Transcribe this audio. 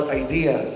idea